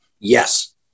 yes